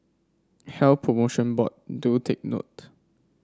Health Promotion Board do take note